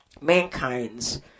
mankind's